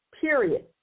period